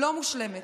לא מושלמת.